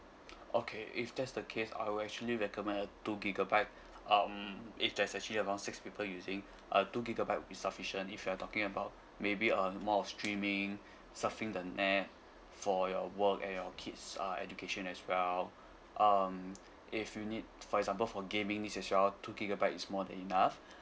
okay if that's the case I would actually recommend two gigabyte um if there's actually about six people using uh two gigabyte will be sufficient if you're talking about maybe um more of streaming surfing the net for your work and your kid's uh education as well um if you need for example for gaming it as well two gigabytes is more than enough